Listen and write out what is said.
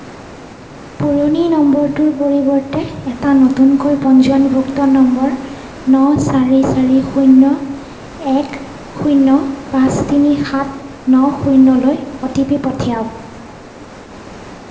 পুৰণি নম্বৰটোৰ পৰিৱৰ্তে এটা নতুনকৈ পঞ্জীয়নভুক্ত নম্বৰ ন চাৰি চাৰি শূন্য় এক শূন্য় পাঁচ তিনি সাত ন শূন্যলৈ অ'টিপি পঠিয়াওক